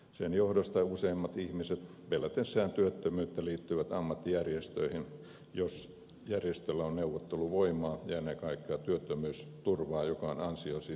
sen johdosta useimmat ihmiset pelätessään työttömyyttä liittyvät ammattijärjestöihin jos järjestöllä on neuvotteluvoimaa ja ennen kaikkea työttömyysturvaa joka on ansiosidonnaista tarjolla